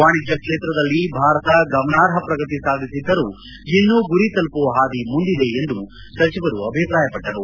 ವಾಣಿಜ್ಞ ಕ್ಷೇತ್ರದಲ್ಲಿ ಭಾರತ ಗಮನಾರ್ಹ ಪ್ರಗತಿ ಸಾಧಿಸಿದ್ದರೂ ಇನ್ನೂ ಗುರಿ ತಲುಪುವ ಹಾದಿ ಮುಂದಿದೆ ಎಂದು ಸಚವರು ಅಭಿಪ್ರಾಯಪಟ್ಟರು